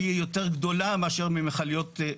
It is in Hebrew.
והיא יותר גדולה מאשר ממכליות.